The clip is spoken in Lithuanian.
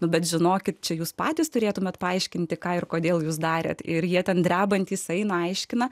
nu bet žinokit čia jūs patys turėtumėte paaiškinti ką ir kodėl jūs darėte ir jie ten drebantys eina aiškina